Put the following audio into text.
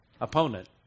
opponent